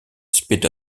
speed